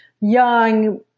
young